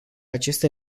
aceste